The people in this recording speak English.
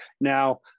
Now